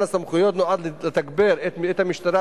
התשע"א